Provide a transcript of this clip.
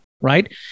right